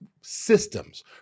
systems